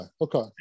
okay